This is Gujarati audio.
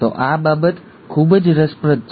તો આ બાબત ખૂબ જ રસપ્રદ છે